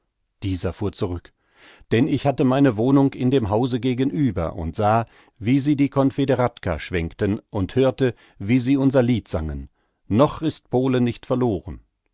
dieser fuhr zurück denn ich hatte meine wohnung in dem hause gegenüber und sah wie sie die konfederatka schwenkten und hörte wie sie unser lied sangen noch ist polen nicht verloren